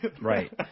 Right